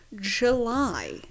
july